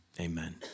Amen